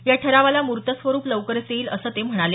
या ठरावाला मूर्तस्वरूप लवकरच येईल असं ते म्हणाले